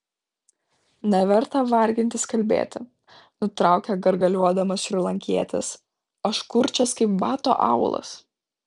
neverta vargintis kalbėti nutraukė gargaliuodamas šrilankietis aš kurčias kaip bato aulas